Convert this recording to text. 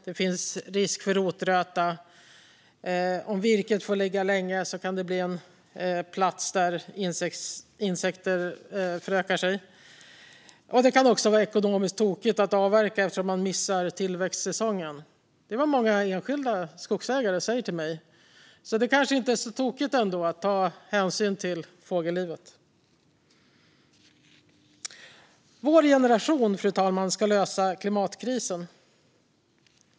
Det finns risk för rotröta. Om virket får ligga länge kan det bli en plats där insekter förökar sig. Det kan också vara ekonomiskt tokigt att avverka eftersom man missar tillväxtsäsongen; detta är vad många enskilda skogsägare säger till mig. Det kanske ändå inte är så tokigt att ta hänsyn till fågellivet. Fru talman! Vår generation ska lösa klimatkrisen.